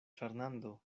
fernando